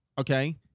okay